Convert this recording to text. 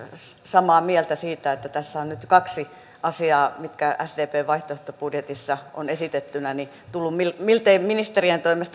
olen samaa mieltä siitä että tässä on nyt kaksi asiaa mitkä sdpn vaihtoehtobudjetissa on esitettynä tullut ministerien toimesta miltei luvattua